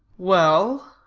well,